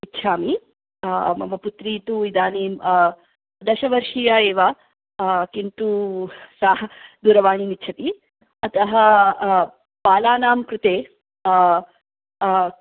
इच्छामि मम पुत्री तु इदानीं दशवर्षीया एव किन्तु सा दूरवाणीम् इच्छति अतः बालानां कृते